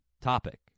topic